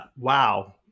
Wow